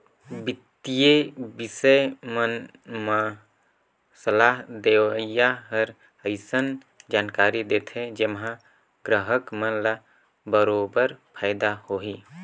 बित्तीय बिसय मन म सलाह देवइया हर अइसन जानकारी देथे जेम्हा गराहक मन ल बरोबर फायदा होही